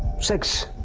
sex.